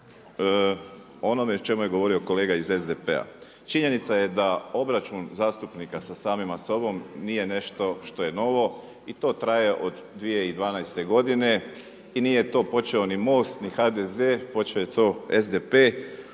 onome o čemu je govorio kolega iz SDP-a. Činjenica je da obračun zastupnika sa samima sobom nije nešto što je novo i to traje od 2012. godine i nije to počeo ni MOST ni HDZ, počeo je to SDP.